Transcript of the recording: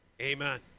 Amen